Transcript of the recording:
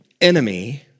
enemy